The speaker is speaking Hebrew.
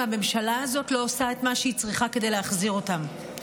והממשלה הזאת לא עושה את מה שהיא צריכה כדי להחזיר אותם.